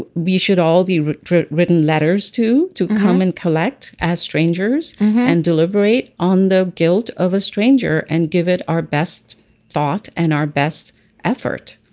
we should all be written written letters to to come and collect as strangers and deliberate on the guilt of a stranger and give it our best thought and our best effort.